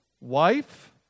wife